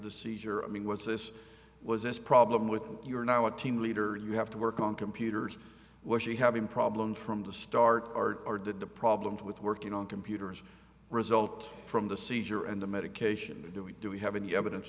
the seizure i mean was this was this problem with you're now a team leader you have to work on computers where she having problems from the start or did the problems with working on computers result from the seizure and the medication do we do we have any evidence